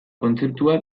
kontzeptua